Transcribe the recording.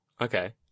Okay